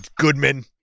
Goodman